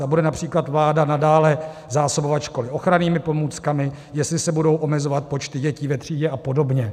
Zda bude například vláda nadále zásobovat školy ochrannými pomůckami, jestli se budou omezovat počty dětí ve třídě a podobně.